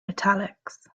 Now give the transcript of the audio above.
italics